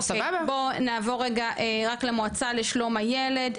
בוא נעבור רגע רק למועצה לשלום הילד,